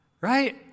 right